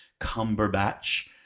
Cumberbatch